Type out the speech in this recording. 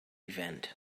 event